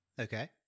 Okay